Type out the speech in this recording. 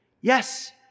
yes